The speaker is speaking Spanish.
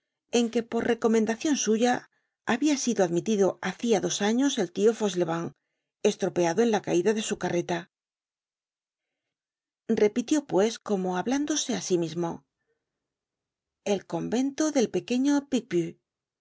en que por recomendacion suya habia sido admitido hacia dos años el tio fauchelevent estropeado en la caida de su carreta repitió pues como hablándose á sí mismo el convento del pequeño